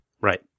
right